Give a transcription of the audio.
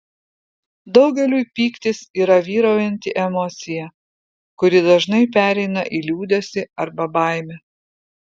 daugeliui pyktis yra vyraujanti emocija kuri dažnai pereina į liūdesį arba baimę